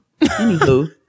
Anywho